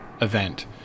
event